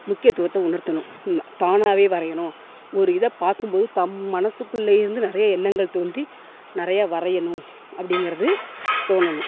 முக்கியத்துவத்தை உணர்த்தணும் தானாகவே வரையணும் ஒரு இதை பார்க்கும்போது தம் மனசுக்குள்ளையே இருந்து நிறைய எண்ணங்கள் தோன்றி நிறையா வரையணும் அப்படிங்கிறது தோணணும்